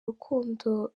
rukundo